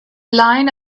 line